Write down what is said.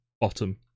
Bottom